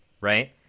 right